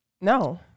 No